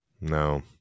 No